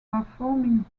performing